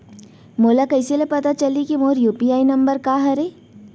मोला कइसे ले पता चलही के मोर यू.पी.आई नंबर का हरे?